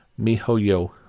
MiHoYo